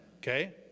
Okay